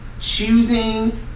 choosing